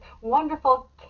wonderful